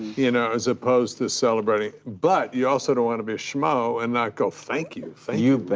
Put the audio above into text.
you know, as opposed to celebrating, but you also don't wanna be a shmo and not go, thank you, thank you. you bet.